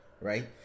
right